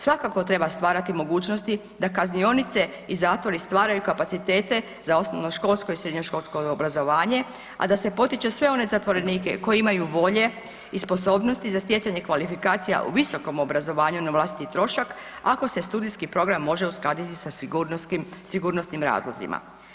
Svakako treba stvarati mogućnosti da kaznionice i zatvori stvaraju kapacitete za osnovno školsko i srednje školsko obrazovanje, a da se potiče sve one zatvorenike koji imaju volje i sposobnosti za stjecanje kvalifikacija u visokom obrazovanju na vlastiti trošak ako se studijski program može uskladiti sa sigurnosnim razlozima.